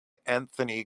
anthony